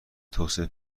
توسعه